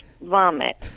vomit